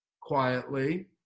quietly